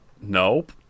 Nope